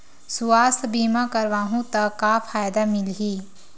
सुवास्थ बीमा करवाहू त का फ़ायदा मिलही?